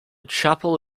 chapel